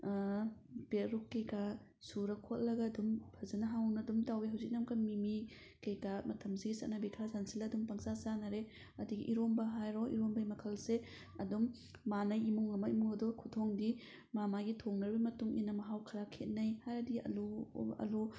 ꯄꯦꯔꯨꯛ ꯀꯩꯀꯥ ꯁꯨꯔ ꯈꯣꯠꯂꯒ ꯑꯗꯨꯝ ꯐꯖꯅ ꯍꯥꯎꯅ ꯑꯗꯨꯝ ꯇꯧꯋꯤ ꯍꯧꯖꯤꯛꯅ ꯑꯃꯨꯛꯀ ꯃꯤꯃꯤ ꯀꯩꯀꯥ ꯃꯇꯝꯁꯤꯒꯤ ꯆꯠꯅꯕꯤ ꯈꯔ ꯌꯥꯟꯁꯤꯜꯂ ꯑꯗꯨꯝ ꯄꯪꯆꯥ ꯆꯥꯟꯅꯔꯦ ꯑꯗꯒꯤ ꯏꯔꯣꯝꯕ ꯍꯥꯏꯔꯣ ꯏꯔꯣꯝꯕꯩ ꯃꯈꯜꯁꯦ ꯑꯗꯨꯝ ꯃꯥꯟꯅꯩ ꯏꯃꯨꯡ ꯑꯃ ꯏꯃꯨꯡ ꯑꯗꯨ ꯈꯨꯊꯣꯡꯗꯤ ꯃꯥ ꯃꯥꯒꯤ ꯊꯣꯡꯅꯔꯤꯕ ꯃꯇꯨꯡ ꯏꯟꯅ ꯃꯍꯥꯎ ꯈꯔ ꯈꯦꯠꯅꯩ ꯍꯥꯏꯔꯗꯤ ꯑꯂꯨ ꯑꯂꯨ